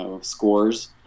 scores